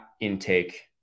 intake